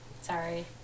Sorry